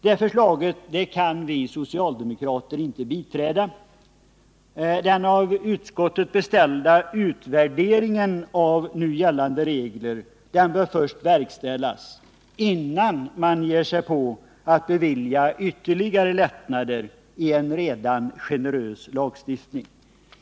Detta förslag kan vi socialdemokrater inte biträda. Den av utskottet beställda utvärderingen av de nu gällande reglerna bör verkställas, innan man ger sig på att bevilja ytterligare lättnader i en redan generös lagstiftning.